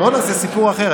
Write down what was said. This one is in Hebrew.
מונאס זה סיפור אחר.